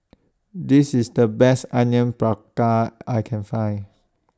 This IS The Best Onion Praka I Can Find